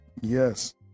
yes